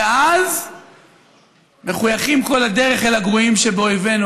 ואז מחויכים כל הדרך אל הגרועים שבאויבינו.